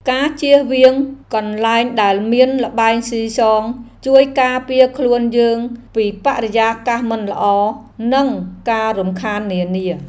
ការជៀសវាងកន្លែងដែលមានល្បែងស៊ីសងជួយការពារខ្លួនយើងពីបរិយាកាសមិនល្អ និងការរំខាននានា។